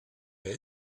wer